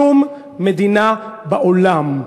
שום מדינה בעולם.